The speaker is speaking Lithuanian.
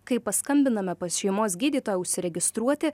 kai paskambiname pas šeimos gydytoją užsiregistruoti